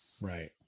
Right